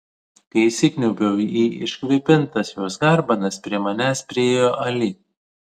kai įsikniaubiau į iškvėpintas jos garbanas prie manęs priėjo ali